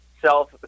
self